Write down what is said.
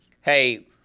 hey